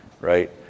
right